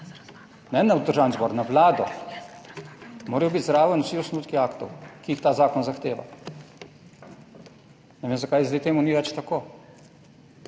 ne v Državni zbor, na Vlado, morajo biti zraven vsi osnutki aktov, ki jih ta zakon zahteva. Ne vem, zakaj zdaj temu ni več tako.